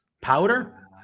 powder